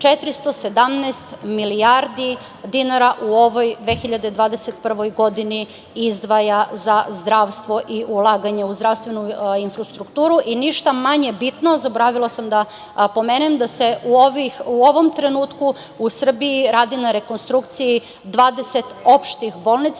417 milijardi dinara u ovoj 2021. godini izdvaja za zdravstvo i ulaganje u zdravstvenu infrastrukturu. Ništa manje bitno, zaboravila sam da pomenem da se u ovom trenutku u Srbiji radi na rekonstrukciji 20 opštih bolnica,